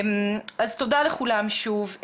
אז תודה לכולם שוב,